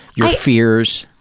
your fears.